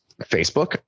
Facebook